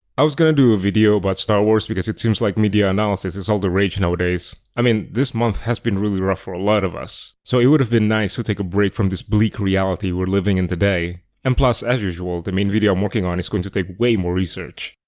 i was going to do a video about but star wars because it seems like media analysis is all the rage nowadays. i mean, this month has been really rough for a lot of us, so it would have been nice to take a break from this bleak reality we're living in today. and plus, as usual, the main video i'm working on is going to take way more research.